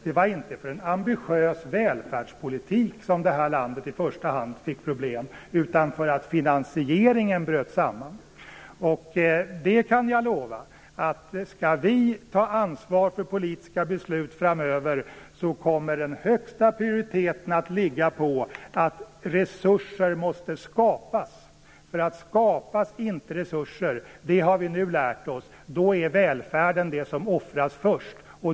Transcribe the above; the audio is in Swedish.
Det var inte på grund av en ambitiös välfärdspolitik som det här landet i första hand fick problem, utan därför att finansieringen bröt samman. Jag kan lova att skall vi ta ansvar för politiska beslut framöver, kommer högsta prioritet att ligga på att resurser skapas. Skapas inte resurser - det har vi nu lärt oss - är nämligen välfärden det som offras först.